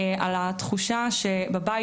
על התחושה שבבית,